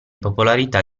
popolarità